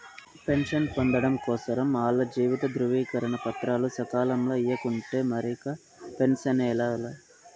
pension పొందడం కోసరం ఆల్ల జీవిత ధృవీకరన పత్రాలు సకాలంల ఇయ్యకుంటే మరిక పెన్సనే లా